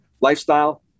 lifestyle